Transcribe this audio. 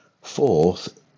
Fourth